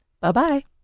bye-bye